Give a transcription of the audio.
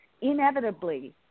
Inevitably